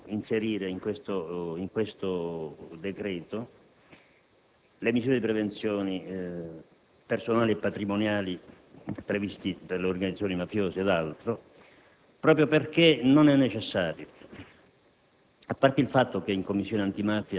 non sia opportuno inserire in questo decreto le misure di prevenzione personali e patrimoniali previste per le organizzazioni mafiose ed altro, proprio perché non è necessario.